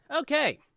Okay